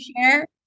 share